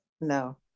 No